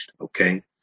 okay